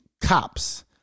cops